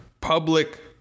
public